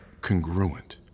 congruent